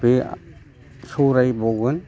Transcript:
बै सौराय बाउगोन